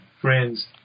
friends